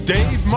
Dave